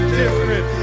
different